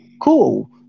Cool